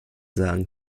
sagen